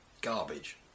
garbage